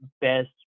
best